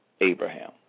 Abraham